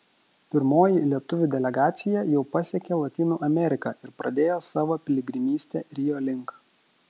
pirmoji lietuvių delegacija jau pasiekė lotynų ameriką ir pradėjo savo piligrimystę rio link